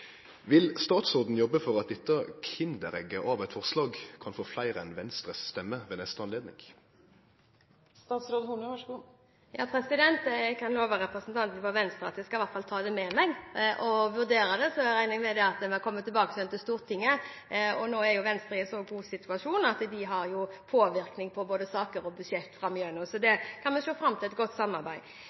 Vil statsråden jobbe for at dette kinderegget av eit forslag kan få fleire enn Venstres stemme ved neste anledning? Jeg kan love representanten fra Venstre at jeg i hvert fall skal ta det med meg og vurdere det. Jeg regner med at vi kommer tilbake til Stortinget med dette. Venstre er jo nå i en god situasjon – de vil ha påvirkning på både saker og budsjetter framover – så vi kan se fram til et godt samarbeid